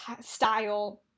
style